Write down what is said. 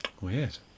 Weird